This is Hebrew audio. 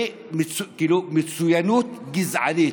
מצוינות גזענית.